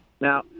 Now